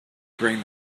bring